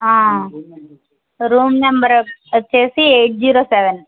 room number వచ్చేసి eight zero seven